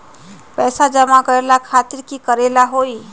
पैसा जमा करे खातीर की करेला होई?